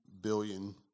billion